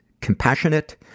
compassionate